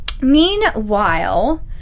Meanwhile